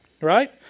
right